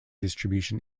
distribution